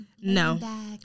No